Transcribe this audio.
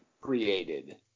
Created